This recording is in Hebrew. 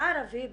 ערבי בדואי.